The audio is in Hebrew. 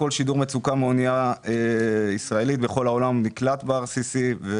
כל שידור מצוקה מאונייה ישראלי בכל העולם נקלט ב-RCC.